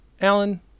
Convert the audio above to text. alan